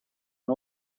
and